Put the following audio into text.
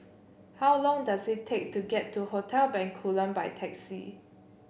how long does it take to get to Hotel Bencoolen by taxi